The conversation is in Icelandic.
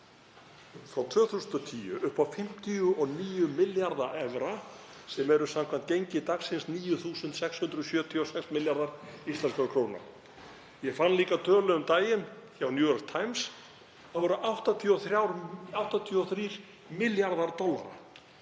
frá 2010, upp á 59 milljarða evra, sem eru samkvæmt gengi dagsins 9.676 milljarðar íslenskra kr. Ég fann líka tölu um daginn í New York Times og það voru 83 milljarðar dollara.